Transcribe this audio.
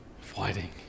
fighting